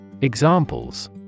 Examples